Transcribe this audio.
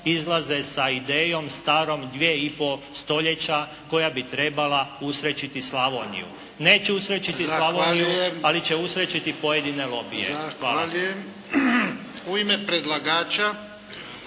izlaze sa idejom starom dva i pol stoljeća koja bi trebala usrećiti Slavoniju. Neće usrećiti Slavoniju ali će usrećiti pojedine lobije.